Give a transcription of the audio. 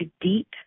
deep